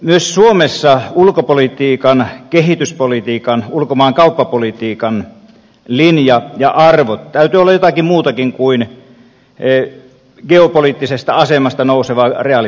myös suomessa ulkopolitiikan kehityspolitiikan ulkomaankauppapolitiikan linjan ja arvojen täytyy olla jotakin muutakin kuin geopoliittisesta asemasta nousevaa reaalipolitiikkaa